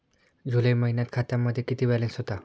जुलै महिन्यात खात्यामध्ये किती बॅलन्स होता?